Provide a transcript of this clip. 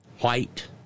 white